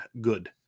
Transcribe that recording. good